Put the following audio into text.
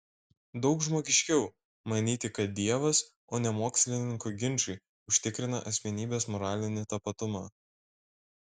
daug žmogiškiau manyti kad dievas o ne mokslininkų ginčai užtikrina asmenybės moralinį tapatumą